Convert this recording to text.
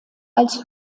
als